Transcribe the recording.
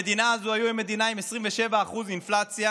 המדינה הזו עם 27% אינפלציה,